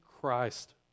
Christ